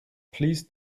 please